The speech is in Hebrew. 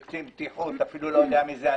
שקצין בטיחות אפילו לא יודע מיהו הנהג.